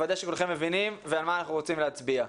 לוודא שכולכם מבינים ועל מה אנחנו רוצים להצביע.